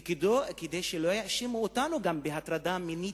וכדי שלא יאשימו אותנו גם בהטרדה מינית,